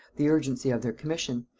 the urgency of their commission,